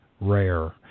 rare